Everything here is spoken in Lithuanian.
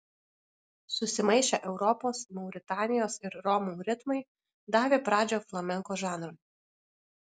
susimaišę europos mauritanijos ir romų ritmai davė pradžią flamenko žanrui